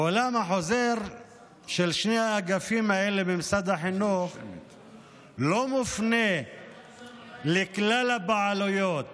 ואולם החוזר של שני האגפים האלה במשרד החינוך לא מופנה לכלל הבעלויות